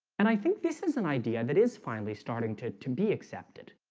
and i think this is an idea that is finally starting to to be accepted